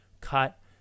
cut